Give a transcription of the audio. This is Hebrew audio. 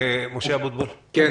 משה אבוטבול, בבקשה.